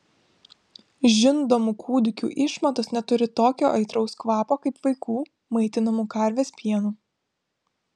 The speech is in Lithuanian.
žindomų kūdikių išmatos neturi tokio aitraus kvapo kaip vaikų maitinamų karvės pienu